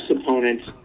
opponents